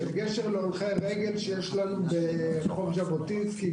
הולכי הרגל שיש לנו ברחוב ז'בוטינסקי,